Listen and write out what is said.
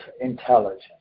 intelligence